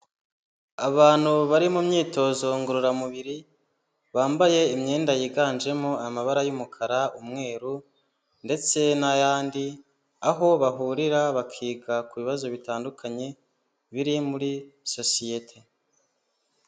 Abantu bari mu myitozo ngororamubiri bambaye imyenda yiganjemo amabara y'umukara, umweru ndetse n'ayandi aho bahurira bakiga ku bibazo bitandukanye biri muri sosiyete.